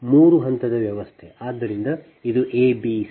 ಆದ್ದರಿಂದ ಇದು a b c